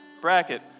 Bracket